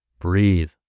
Breathe